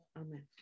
Amen